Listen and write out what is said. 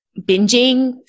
binging